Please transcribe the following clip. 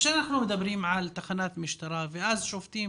כאשר אנחנו מדברים על תחנת משטרה ואז שופטים